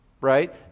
right